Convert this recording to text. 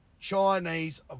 Chinese